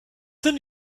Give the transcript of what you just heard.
then